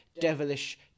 devilish